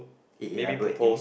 e~ elaborate you mean